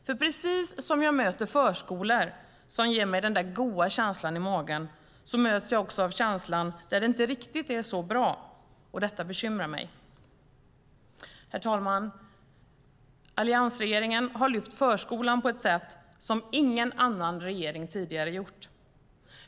På samma sätt som jag möter förskolor som ger mig den där goa känslan i magen möts jag också av känslan där det inte är riktigt så bra. Det bekymrar mig. Herr talman! Alliansregeringen har lyft fram förskolan på ett sätt som ingen annan regering tidigare gjort.